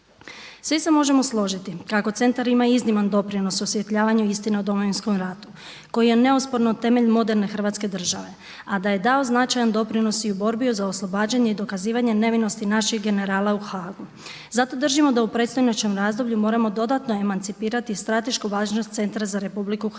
Svi se možemo složiti kako centar ima izniman doprinos osvjetljavanju istine o Domovinskom ratu, koji je neosporno temelj moderne Hrvatske države, a da je dao značajan doprinos i u borbi za oslobađanje i dokazivanje nevinosti naših generala u Haagu. Zato držimo da u predstojećem razdoblju moramo dodatno emancipirati stratešku važnost Centra za Republiku Hrvatsku.